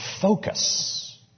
focus